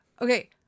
Okay